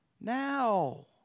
now